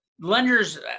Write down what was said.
lenders